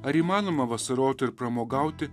ar įmanoma vasaroti ir pramogauti